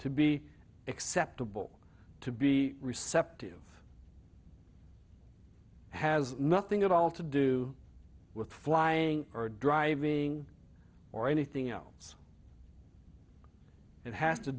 to be acceptable to be receptive has nothing at all to do with flying or driving or anything else it has to